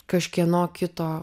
kažkieno kito